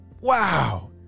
Wow